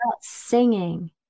singing